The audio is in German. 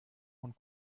von